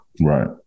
right